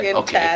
okay